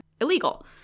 illegal